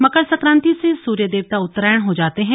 मकर संक्रांति से सूर्य देवता उत्तरायण हो जाते हैं